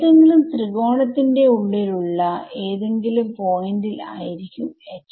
ഏതെങ്കിലും ത്രികോണത്തിന്റെ ഉള്ളിലുള്ള ഏതെങ്കിലും പോയിന്റ് ൽ ആയിരിക്കും H